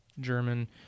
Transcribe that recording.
German